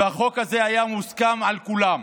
והחוק הזה היה מוסכם על כולם.